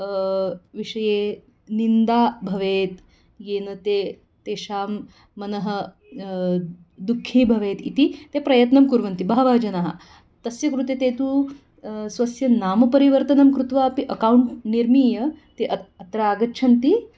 विषये निन्दा भवेत् येन ते तेषां मनः दुःखी भवेत् इति ते प्रयत्नं कुर्वन्ति बहवः जनः तस्य कृते ते तु स्वस्य नाम परिवर्तनं कृत्वा अपि अकौण्ट् निर्मीय ते अत्र अत्र आगच्छन्ति